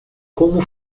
como